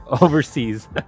overseas